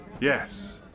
Yes